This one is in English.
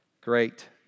great